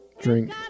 drink